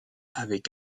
avec